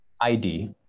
ID